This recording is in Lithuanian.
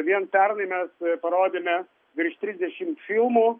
vien pernai mes parodėme virš trisdešimt filmų